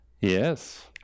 Yes